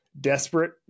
desperate